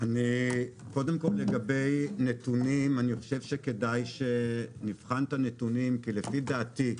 חושב שכדאי שנבחן את הנתונים כי לפי דעתי,